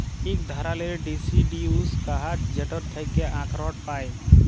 ইক ধারালের ডিসিডিউস গাহাচ যেটর থ্যাকে আখরট পায়